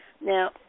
Now